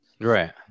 right